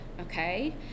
Okay